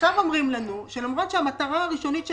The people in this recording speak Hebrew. עכשיו אומרים לנו שלמרות שהמטרה הראשונית של